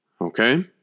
Okay